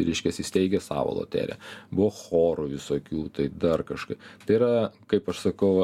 reiškias įsteigęs savo loteriją buvo chorų visokių tai dar kažkaip tai yra kaip aš sakau